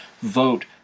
vote